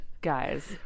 guys